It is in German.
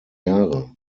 jahre